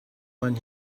when